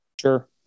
Sure